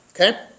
okay